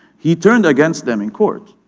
he turned against them in court.